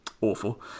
awful